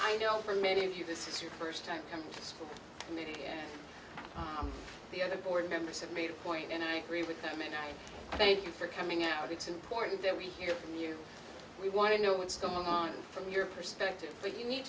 i know for many of you this is your first time for me to be on the other board members have made a point and i agree with them and i thank you for coming out and it's important that we hear from you we want to know what's going on from your perspective so you need